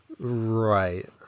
Right